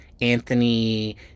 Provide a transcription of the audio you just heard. Anthony